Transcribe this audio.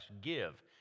give